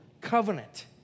covenant